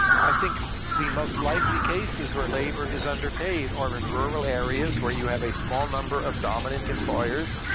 i think the most likely cases where labor is underpaid or in rural areas where you have a small number of dominant employers.